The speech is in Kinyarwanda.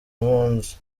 impunzi